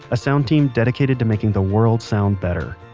a sound team dedicated to making the world sound better.